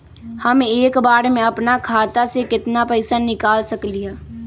हम एक बार में अपना खाता से केतना पैसा निकाल सकली ह?